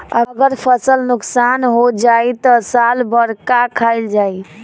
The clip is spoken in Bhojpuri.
अगर फसल नुकसान हो जाई त साल भर का खाईल जाई